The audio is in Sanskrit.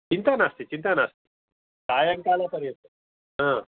चिन्ता नास्ति चिन्ता नास्ति सायङ्कालपर्यं